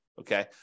Okay